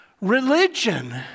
religion